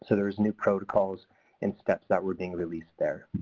so there was new protocols and steps that were being released there.